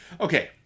okay